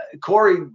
Corey